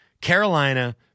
Carolina